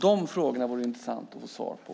De frågorna vore det intressant att få svar på.